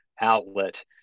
outlet